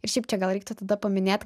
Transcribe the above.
ir šiaip čia gal reiktų tada paminėt